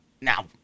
Now